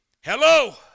Hello